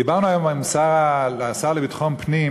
דיברנו היום עם השר לביטחון פנים